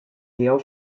tiegħu